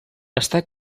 està